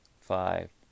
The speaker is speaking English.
five